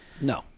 No